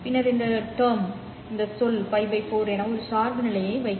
பின்னர் இந்த சொல் term 4 என ஒரு சார்பு நிலையை வைக்கவும்